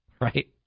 right